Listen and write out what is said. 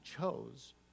chose